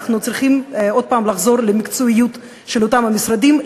אנחנו צריכים לחזור למקצועיות של אותם משרדים,